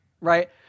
right